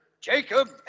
Jacob